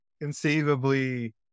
conceivably